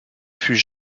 fût